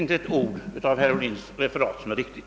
Inte ett ord av herr Ohlins referat är riktigt.